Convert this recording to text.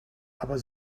aber